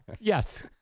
Yes